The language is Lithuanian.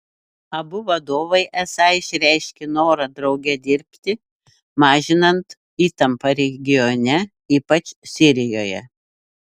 abu vadovai esą išreiškė norą drauge dirbti mažinant įtampą regione ypač sirijoje